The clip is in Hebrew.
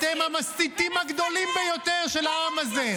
אתם המסיתים הגדולים ביותר של העם הזה.